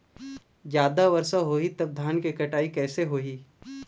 जादा वर्षा होही तब धान के कटाई कैसे होही?